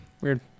Weird